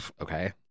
okay